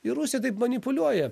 ir rusija taip manipuliuoja